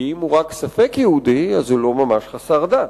כי אם הוא רק ספק יהודי אז זה לא ממש חסר דת.